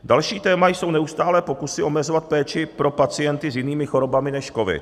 Další téma jsou neustálé pokusy omezovat péči pro pacienty s jinými chorobami než covid.